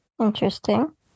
interesting